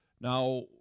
Now